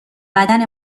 بدن